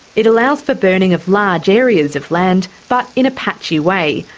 it allows for burning of large areas of land, but in a patchy way,